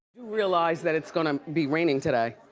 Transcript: realize that it's gonna be raining today.